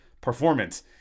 performance